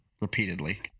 repeatedly